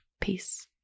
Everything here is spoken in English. Peace